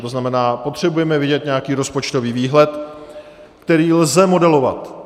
To znamená, potřebujeme vědět nějaký rozpočtový výhled, který lze modelovat.